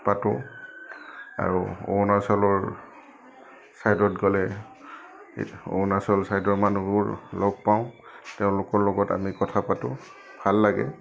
পাতোঁ আৰু অৰুণাচলৰ ছাইডত গ'লে অৰুণাচল ছাইডৰ মানুহবোৰ লগ পাওঁ তেওঁলোকৰ লগত আমি কথা পাতোঁ ভাল লাগে